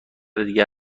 دیگه